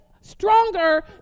stronger